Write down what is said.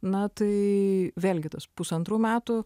na tai vėlgi tas pusantrų metų